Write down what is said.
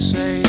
Say